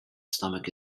stomach